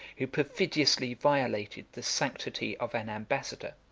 who perfidiously violated the sanctity of an ambassador.